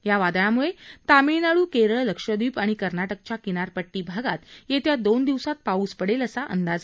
या वादळामुळे तामिळनाडून केरळ लक्षद्वीप आणि कर्नाटकच्या किनारपट्टी भागात येत्या दोन दिवसात पाऊस पडेल असा अंदाज आहे